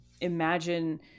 imagine